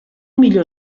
millor